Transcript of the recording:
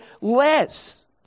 less